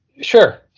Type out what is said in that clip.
Sure